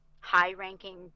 high-ranking